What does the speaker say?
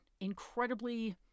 incredibly